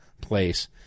place